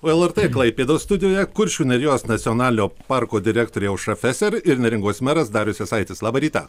o lrt klaipėdos studijoje kuršių nerijos nacionalinio parko direktorė aušra feserir neringos meras darius jasaitis labą rytą